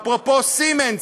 אפרופו "סימנס".